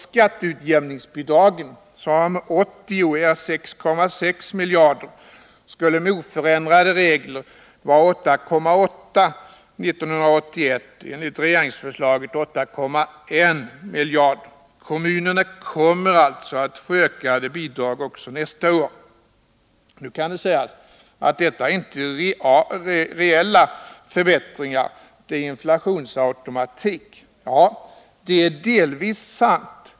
Skatteutjämningsbidragen, som 1980 är 6,6 miljarder, skulle med oförändrade regler vara 8,8 miljarder 1981 och enligt regeringsförslaget 8,1 miljarder. Kommunerna kommer alltså att få ökade bidrag också nästa år. Nu kan det sägas att detta inte är reella förbättringar, det är inflationsautomatik. Ja, det är delvis sant.